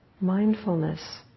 mindfulness